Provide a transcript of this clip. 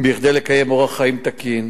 כדי לקיים אורח חיים תקין.